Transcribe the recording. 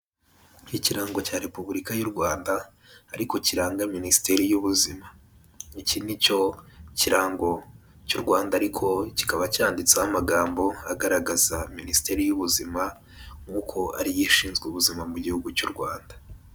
Ikirango cya repubulika y'u Rwanda ariko kiranga minisiteri y'ubuzima, iki ni cyo kirango cy'u Rwanda ariko kikaba cyanditseho amagambo agaragaza minisiteri y'ubuzima nk'uko ariyo ishinzwe ubuzima mu gihugu cy'u Rwanda.